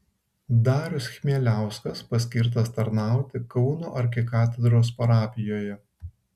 darius chmieliauskas paskirtas tarnauti kauno arkikatedros parapijoje